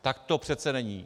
Tak to přece není.